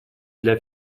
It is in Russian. для